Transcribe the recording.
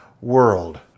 world